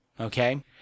okay